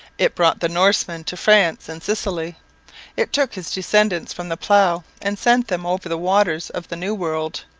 it brought the norseman to france and sicily it took his descendants from the plough and sent them over the waters of the new world,